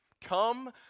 Come